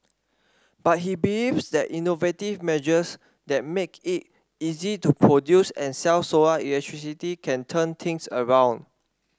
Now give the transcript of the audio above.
but he believes that innovative measures that make it easy to produce and sell solar electricity can turn things around